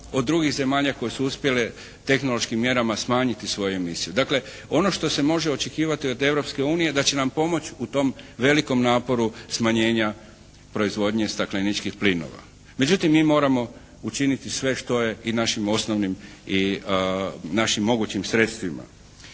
od drugih zemalja koje su uspjele tehnološkim mjerama smanjiti svoju emisiju. Dakle ono što se može očekivati od Europske unije da će nam pomoći u tom velikom naporu smanjenja proizvodnje stakleničkih plinova. Međutim mi moramo učiniti sve što je i našim osnovnim i našim mogućim sredstvima.